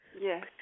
Yes